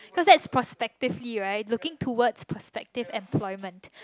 cause that's prospectively right looking towards prospective employment